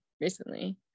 recently